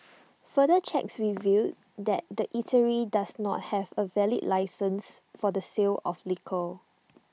further checks revealed that the eatery does not have A valid licence for the sale of liquor